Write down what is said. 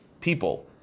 people